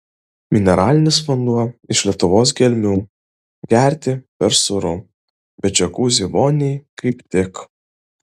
mineralinis vanduo iš lietuvos gelmių gerti per sūru bet džiakuzi voniai kaip tik